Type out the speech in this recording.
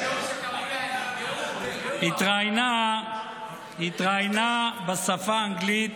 היא התראיינה בשפה האנגלית,